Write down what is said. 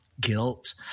guilt